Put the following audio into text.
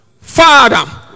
father